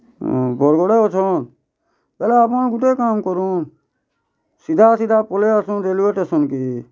ହଁ ବରଗଡ଼େ ଅଛନ୍ ବେଲେ ଆପଣ୍ ଗୁଟେ କାମ୍ କରୁନ୍ ସିଧା ସିଧା ପଲେଇ ଆସୁନ୍ ରେଲ୍ୱେ ଷ୍ଟେସନ୍କେ